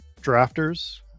drafters